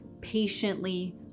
patiently